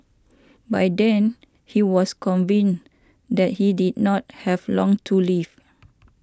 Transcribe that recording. by then he was convinced that he did not have long to live